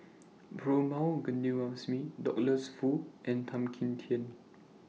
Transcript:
Perumal Govindaswamy Douglas Foo and Tan Kim Tian